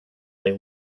they